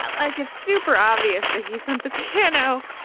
i like it's super obvious that he's on the piano.